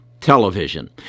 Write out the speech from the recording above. television